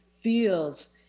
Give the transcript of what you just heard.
feels